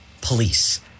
police